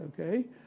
okay